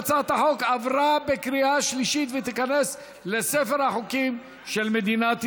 הצעת החוק עברה בקריאה שלישית ותיכנס לספר החוקים של מדינת ישראל.